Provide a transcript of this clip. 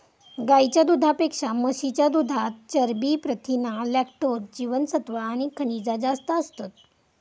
गाईच्या दुधापेक्षा म्हशीच्या दुधात चरबी, प्रथीना, लॅक्टोज, जीवनसत्त्वा आणि खनिजा जास्त असतत